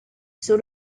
sur